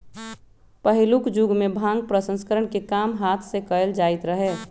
पहिलुक जुगमें भांग प्रसंस्करण के काम हात से कएल जाइत रहै